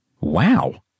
wow